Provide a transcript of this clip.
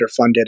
underfunded